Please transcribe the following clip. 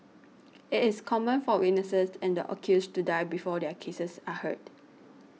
it is common for witnesses and the accused to die before their cases are heard